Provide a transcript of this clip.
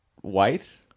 White